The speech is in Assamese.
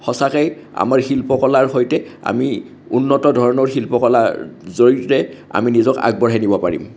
সঁচাকেই আমাৰ শিল্পকলাৰ সৈতে আমি উন্নত ধৰণৰ শিল্পকলাৰ জৰিয়তে আমি নিজকে আগবঢ়াই নিব পাৰিম